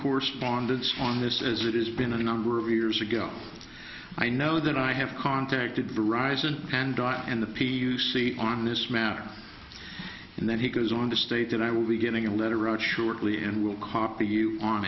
correspondence on this as it is been a number of years ago i know that i have contacted the risin and the p s c on this matter and then he goes on to state that i will be getting a letter out shortly and will copy you on